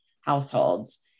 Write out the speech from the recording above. households